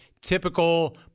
typical